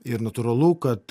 ir natūralu kad